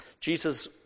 Jesus